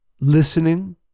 listening